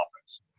offense